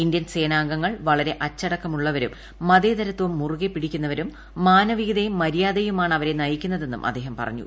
Indian സ്പ്രേന്നുംഗങ്ങൾ വളരെ അച്ചടക്കമുള്ളവരും മതേതരത്വം മുറുകെ പ്പിട്ടീക്കുന്നവരും മാനവികതയും മര്യാദയുമാണ് അവരെ നയിക്കുന്നതെന്നും അദ്ദേഹംപറഞ്ഞു